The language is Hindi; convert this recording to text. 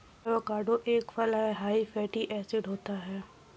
एवोकाडो एक फल हैं हाई फैटी एसिड होता है